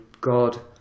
God